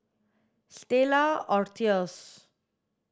Stella Artois